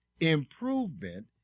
Improvement